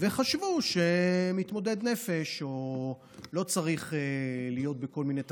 חשבו שמתמודד נפש לא צריך להיות בכל מיני תפקידים,